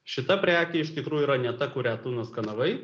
šita prekė iš tikrųjų yra ne ta kurią tu nuskanavai